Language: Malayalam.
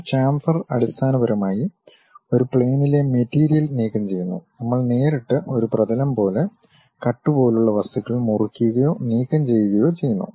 ഒരു ചാംഫർ അടിസ്ഥാനപരമായി ഒരു പ്ലെയിനിലെ മെറ്റീരിയൽ നീക്കംചെയ്യുന്നു നമ്മൾ നേരിട്ട് ഒരു പ്രതലം പോലെ കട്ട് പോലുള്ള വസ്തുക്കൾ മുറിക്കുകയോ നീക്കം ചെയ്യുകയോ ചെയ്യുന്നു